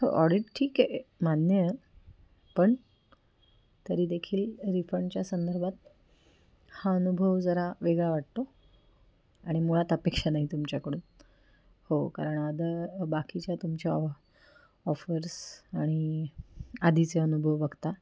हो ऑडीट ठीक आहे मान्य आहे पण तरीदेखील रिफंडच्या संदर्भात हा अनुभव जरा वेगळा वाटतो आणि मुळात अपेक्षा नाही तुमच्याकडून हो कारण आदं बाकीच्या तुमच्या ऑ ऑफर्स आणि आधीचे अनुभव बघता